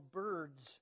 birds